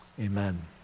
Amen